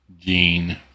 gene